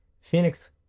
Phoenix